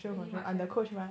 pretty much ah